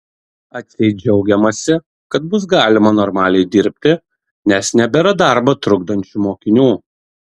atseit džiaugiamasi kad bus galima normaliai dirbti nes nebėra darbą trukdančių mokinių